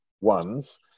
ones